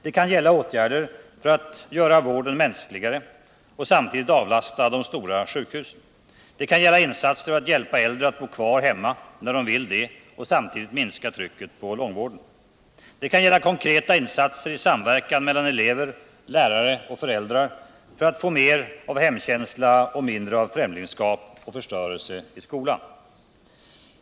Det kan gälla åtgärder för att göra vården mänskligare och samtidigt avlasta de stora sjukhusen. Det kan gälla insatser för att hjälpa äldre att bo kvar hemma, när de vill det, och samtidigt minska trycket på långvården. Det kan gälla konkreta insatser i samverkan mellan elever, lärare och föräldrar för att få mer av hemkänsla, mindre av främlingskap och förstörelse i skolorna.